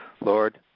Lord